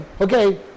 okay